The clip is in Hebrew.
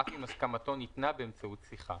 אף אם הסכמתו ניתנה באמצעות שיחה,